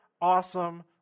awesome